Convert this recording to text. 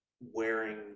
wearing